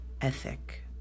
ethic